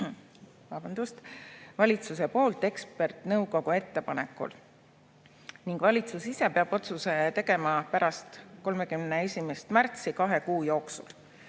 annab valitsus ekspertnõukogu ettepanekul ning valitsus ise peab otsuse tegema pärast 31. märtsi kahe kuu jooksul.